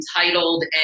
entitled